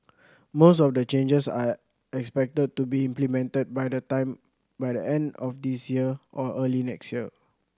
most of the changes are expected to be implemented by the time by the end of this year or early next year